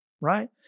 right